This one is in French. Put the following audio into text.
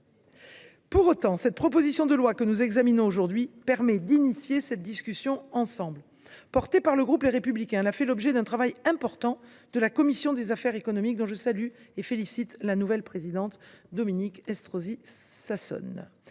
Pour autant, cette proposition de loi permet d’ouvrir la discussion. Portée par le groupe Les Républicains, elle a fait l’objet d’un travail important de la commission des affaires économiques, dont je salue et félicite la nouvelle présidente, Dominique Estrosi Sassone,